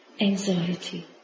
anxiety